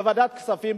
מוועדת כספים,